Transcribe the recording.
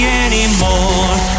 anymore